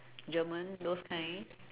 German those kind